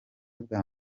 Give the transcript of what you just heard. bwa